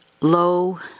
low